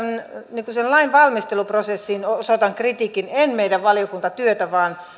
siihen lainvalmisteluprosessiin osoitan kritiikin en meidän valiokuntatyöhömme